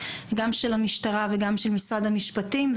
גם של המשטרה וגם של משרד המשפטים,